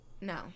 No